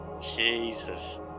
Jesus